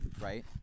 right